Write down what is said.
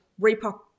repop